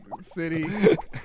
city